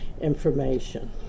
information